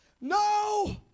No